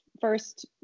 first